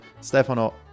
Stefano